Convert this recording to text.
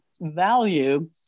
Value